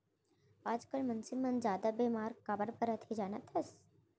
आजकाल मनसे मन जादा बेमार काबर परत हें जानत हस?